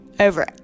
Over